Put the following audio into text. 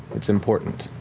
it's important.